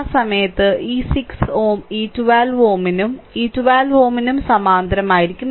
ആ സമയത്ത് ഈ 6Ω ഈ 12Ω നും ഈ 12Ω നും സമാന്തരമായിരിക്കും